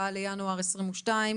היום 24 בינואר 2022,